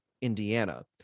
Indiana